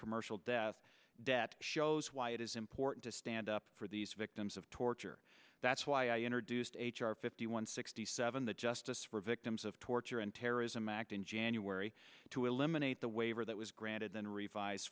commercial debt debt shows why it is important to stand up for these victims of torture that's why i introduced h r fifty one sixty seven the justice for victims of torture and terrorism act in january to eliminate the waiver that was granted and revised